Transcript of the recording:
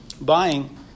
buying